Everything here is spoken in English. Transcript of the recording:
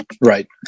Right